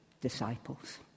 disciples